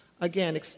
Again